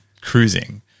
cruising